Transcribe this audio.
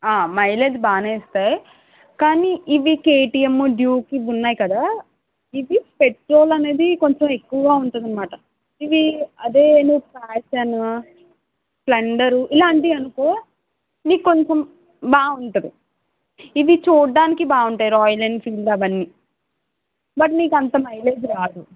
mileage బాగానే ఇస్తాయి కానీ ఇవి కేటీఎమ్ డ్యూక్ ఇవి ఉన్నాయి కదా ఇవీ పెట్రోల్ అనేది కొంచెం ఎక్కువగా ఉంటుందదన్నమాట ఇవీ అదే ను ప్యాషను స్ప్లెండరు ఇలాంటివి అనుకో నీకొంచెం బాగుంటుంది ఇవి చూడ్డానికి బాగుంటాయిరాయల్ ఎంఫిల్డ్ అవన్నీ బట్ నీకంత మైలేజీ రాదు